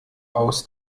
aus